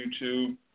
YouTube